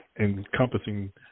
encompassing